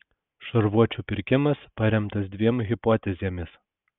šarvuočių pirkimas paremtas dviem hipotezėmis